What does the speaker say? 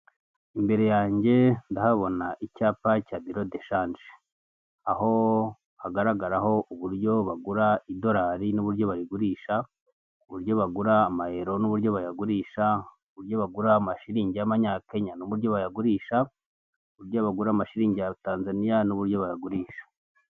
Imbere yange ndahabona icyapa cya biro do shange, aho hagaragaraho uburyo bagura idorari n'uburyo bariagurisha, uburyo bagura amayero n'uburyo bayagurisha, uburyo bagura amashilingi y'amanyakenya n'uburyo bayagurisha, uburyo bagura amashilingi ya Tanzania n'uburyo bayagurisha.